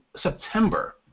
September